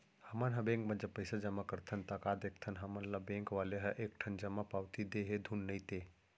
हमन ह बेंक म जब पइसा जमा करथन ता का देखथन हमन ल बेंक वाले ह एक ठन जमा पावती दे हे धुन नइ ते